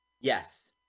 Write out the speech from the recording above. Yes